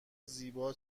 زیبا